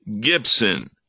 Gibson